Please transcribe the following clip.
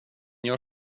gör